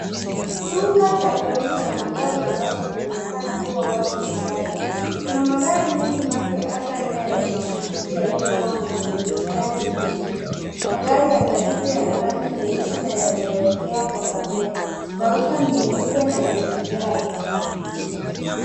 Chumba cha kuonyesha magari ambacho kinaonekana kuwa wazi na safi. Kuna magari mengi mapya hasa aina ya SUV yaliyopangwa mistari miwili . Magari ya karibu yana rangi nyeusi na yameelekea kwa kamera. Gorofa ni nyeupe na ina vigae.